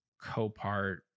Copart